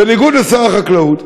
בניגוד לשר החקלאות,